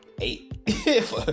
eight